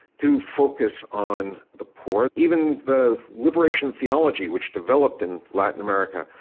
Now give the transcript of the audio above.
do focus on the poor, even the liberation theology, which developed in latin america,